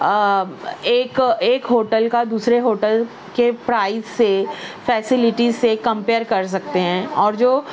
ایک ایک ہوٹل کا دوسرے ہوٹل کے پرائز سے فسیلیٹیز سے کمپیئر کر سکتے ہیں اور جو